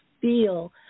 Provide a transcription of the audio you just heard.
feel